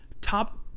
Top